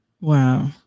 Wow